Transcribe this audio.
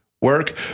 work